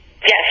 yes